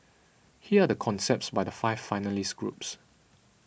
here are the concepts by the five finalist groups